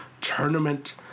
tournament